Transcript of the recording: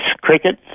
cricket